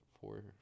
four